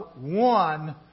one